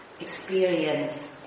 experience